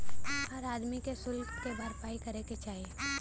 हर आदमी के सुल्क क भरपाई करे के चाही